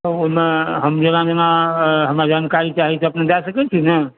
ओहि मे हम जेना जेना हमरा जानकारी चाही से अपने दए सकै छियै ने